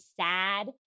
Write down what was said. sad